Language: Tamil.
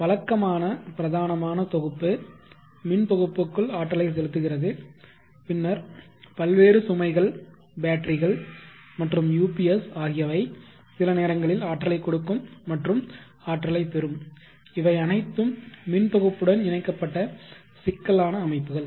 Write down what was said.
வழக்கமான பிரதானமான தொகுப்பு மின்தொகுப்புக்குள் ஆற்றலை செலுத்துகிறது பின்னர் பல்வேறு சுமைகள் பேட்டரிகள் மற்றும் யுபிஎஸ் ஆகியவை சில நேரங்களில் ஆற்றலை கொடுக்கும் மற்றும் ஆற்றலை பெரும் இவை அனைத்தும் மின் தொகுப்புடன் இணைக்கப்பட்ட சிக்கலான அமைப்புகள்